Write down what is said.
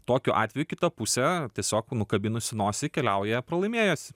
tokiu atveju kita pusė tiesiog nukabinusi nosį keliauja pralaimėjusi